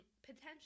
Potentially